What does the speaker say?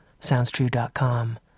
SoundsTrue.com